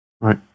Right